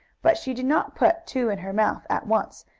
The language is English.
but she did not put two in her mouth, at once,